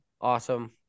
awesome